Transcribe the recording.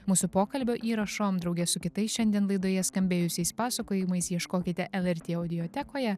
mūsų pokalbio įrašą drauge su kitais šiandien laidoje skambėjusiais pasakojimais ieškokite lrt audiotekoje